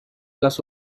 las